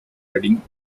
redding